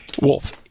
Wolf